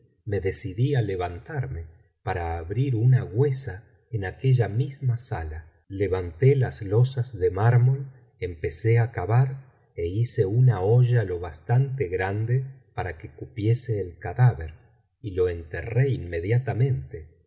me decidí á levantarme para abrir una huesa en aquella misma sala levantólas losas de mármol empecé á cavar é hice una hoya lo bastante grande para que cupiese el cadáver y lo enterré inmediatamente